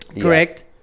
correct